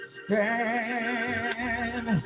stand